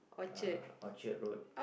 uh Orchard-Road